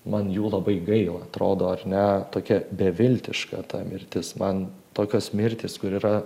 man jų labai gaila atrodo ar ne tokia beviltiška ta mirtis man tokios mirtys kur yra